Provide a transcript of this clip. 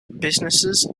businesses